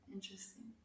Interesting